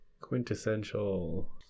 quintessential